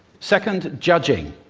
second, judging.